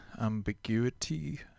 ambiguity